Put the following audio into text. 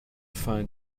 find